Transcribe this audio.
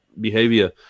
behavior